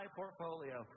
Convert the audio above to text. portfolio